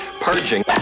purging